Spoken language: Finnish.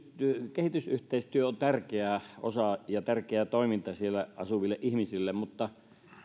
kehitysyhteistyö on tärkeä osa ja tärkeää toimintaa siellä asuville ihmisille mutta